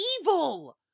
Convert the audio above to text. evil